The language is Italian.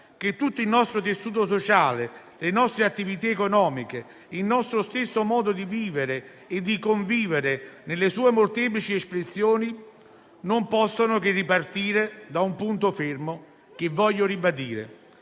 che tutto il nostro tessuto sociale, le nostre attività economiche, il nostro stesso modo di vivere e di convivere nelle sue molteplici espressioni non possono che ripartire da un punto fermo che desidero ribadire: